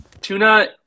Tuna